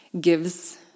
gives